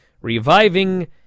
reviving